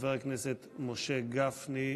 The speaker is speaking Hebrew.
חבר הכנסת משה גפני,